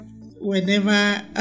whenever